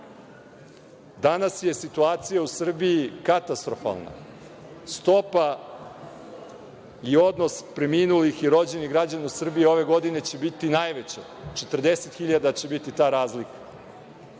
Danas je situacija u Srbiji katastrofalna. Stopa i odnos preminulih i rođenih građana u Srbiji ove godine će biti najveći, 40.000 će biti ta razlika.